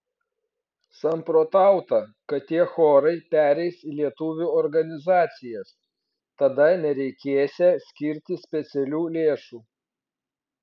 samprotauta kad tie chorai pereis į lietuvių organizacijas tada nereikėsią skirti specialių lėšų